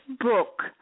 book